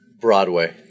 Broadway